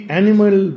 animal